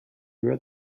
wrote